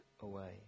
away